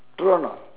true or not